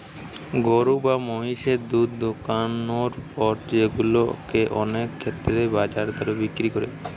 গরু বা মহিষের দুধ দোহানোর পর সেগুলা কে অনেক ক্ষেত্রেই বাজার দরে বিক্রি করে